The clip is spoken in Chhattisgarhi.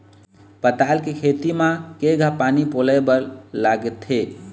पताल के खेती म केघा पानी पलोए बर लागथे?